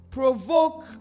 provoke